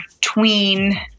tween